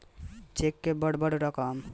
check से बड़ बड़ रकम भेजल चाहे निकालल जाला